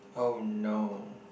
oh no